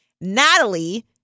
Natalie